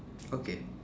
okay